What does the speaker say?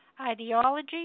ideology